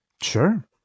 Sure